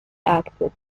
acted